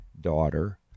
daughter